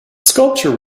sculpture